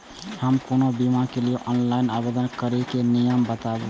हम कोनो बीमा के लिए ऑनलाइन आवेदन करीके नियम बाताबू?